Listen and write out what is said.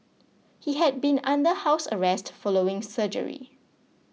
he had been under house arrest following surgery